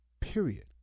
Period